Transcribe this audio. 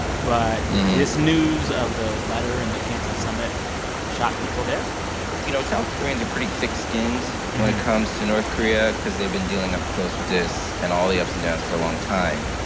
but this news of the letter and the canceled summit shocked people there you know, south koreans are pretty thick-skinned when it comes to north korea because they've been dealing up close with this and all the ups and downs for a long time.